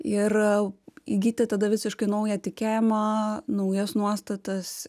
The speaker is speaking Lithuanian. ir įgyti tada visiškai naują tikėjimą naujas nuostatas